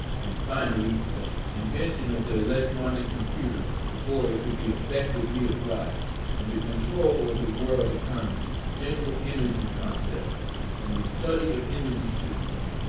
and finally, the invention of the electronic computer before it could be effectively applied in the control of the world economy. general energy concepts in and the study of energy systems,